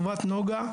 חברת נגה,